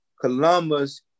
Columbus